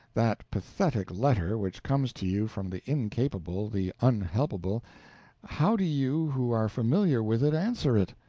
that pathetic letter which comes to you from the incapable, the unhelpable how do you who are familiar with it answer it?